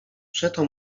przeto